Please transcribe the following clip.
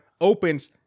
opens